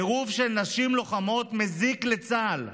עירוב של נשים לוחמות מזיק לצה"ל,